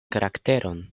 karakteron